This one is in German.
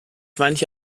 manche